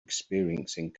experiencing